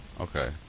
Okay